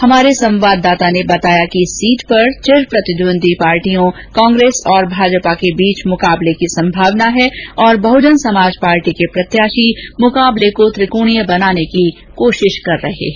हमारे संवाददाता ने बताया कि इस सीट पर चिर प्रतिद्वंद्वी पार्टियों कांग्रेस और भाजपा बीच मुकाबले की संभावना है और बहुजन समाज पार्टी के प्रत्याशी मुकाबले को त्रिकोणीय बनाने का प्रयास कर रहे हैं